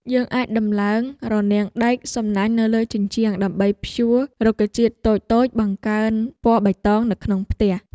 យើងអាចដំឡើងរនាំងដែកសំណាញ់នៅលើជញ្ជាំងដើម្បីព្យួររុក្ខជាតិតូចៗបង្កើនពណ៌បៃតងនៅក្នុងផ្ទះ។